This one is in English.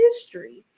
history